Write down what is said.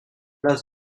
place